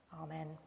Amen